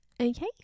okay